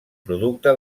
producte